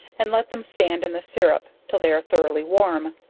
and let them stand in the sirrup till they are thoroughly warm,